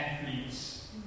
athletes